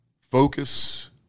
focus